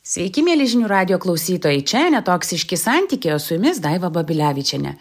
sveiki mieli žinių radijo klausytojai čia netoksiški santykiai o su jumis daiva babilevičienė